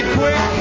quick